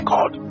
God